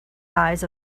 eyes